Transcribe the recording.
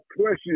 question